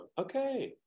okay